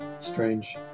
Strange